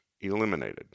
eliminated